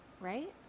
right